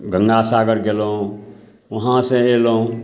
गङ्गा सागर गेलहुँ वहाँ से अएलहुँ